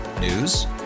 News